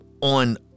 on